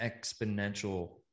exponential